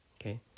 Okay